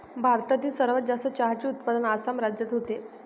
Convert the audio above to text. भारतातील सर्वात जास्त चहाचे उत्पादन आसाम राज्यात होते